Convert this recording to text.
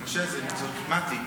זאת מטי.